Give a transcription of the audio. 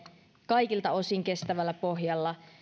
kaikilta osin kestävällä pohjalla